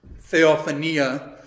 theophania